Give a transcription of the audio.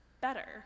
better